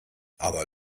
aber